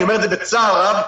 אני אומר את זה בצער רב,